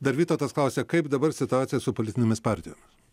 dar vytautas klausia kaip dabar situacija su politinėmis partijomis